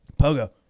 Pogo